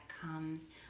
comes